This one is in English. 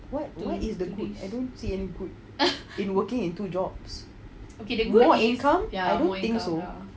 what do is the good I don't see any good in working into two jobs more income I don't think so